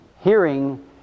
Hearing